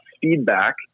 feedback